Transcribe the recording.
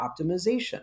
optimization